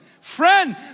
friend